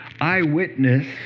eyewitness